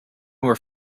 were